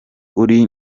uri